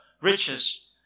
Riches